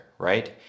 Right